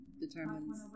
determines